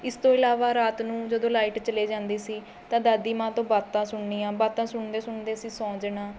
ਇਸ ਤੋਂ ਇਲਾਵਾ ਰਾਤ ਨੂੰ ਜਦੋਂ ਲਾਈਟ ਚਲੇ ਜਾਂਦੀ ਸੀ ਤਾਂ ਦਾਦੀ ਮਾਂ ਤੋਂ ਬਾਤਾਂ ਸੁਣਨੀਆਂ ਬਾਤਾਂ ਸੁਣਦੇ ਸੁਣਦੇ ਅਸੀਂ ਸੌਂ ਜਾਣਾ